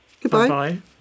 Goodbye